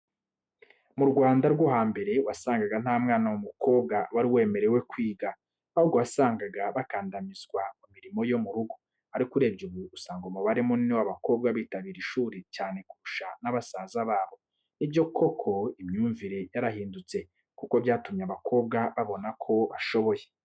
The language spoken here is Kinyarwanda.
Mu Rwanda rwo hambere wasangaga nta mwana w'umukobwa wari wemerewe kwiga, ahubwo wasangaga bakandamirizwa mu mirimo yo mu rugo. Ariko urebye ubu usanga umubare munini w'abakobwa bitabira ishuri cyane kurusha n'abasaza babo. Ni byo koko imyumvire yarahindutse kuko byatumye abakobwa babona ko bashoboye.